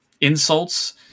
insults